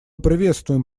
приветствуем